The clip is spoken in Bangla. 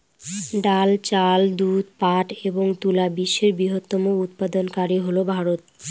ডাল, চাল, দুধ, পাট এবং তুলা বিশ্বের বৃহত্তম উৎপাদনকারী হল ভারত